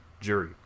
jury